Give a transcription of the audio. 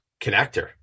connector